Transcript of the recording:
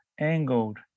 angled